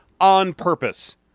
on-purpose